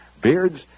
Beards